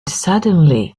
suddenly